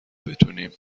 بتونیم